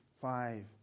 five